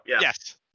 Yes